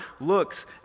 looks